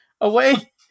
away